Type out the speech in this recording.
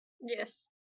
yes